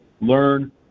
learn